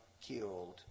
killed